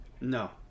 no